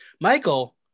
Michael